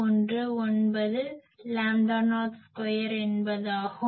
119 lambda naught square என்பதாகும்